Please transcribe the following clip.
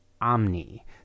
omni